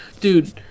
Dude